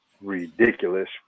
ridiculous